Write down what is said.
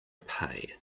pay